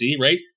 right